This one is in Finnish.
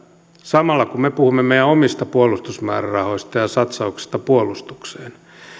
samalla kun me puhumme meidän omista puolustusmäärärahoistamme ja satsauksistamme puolustukseen